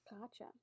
Gotcha